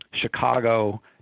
Chicago